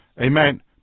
Amen